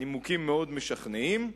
נימוקים מאוד משכנעים.